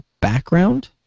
background